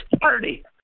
party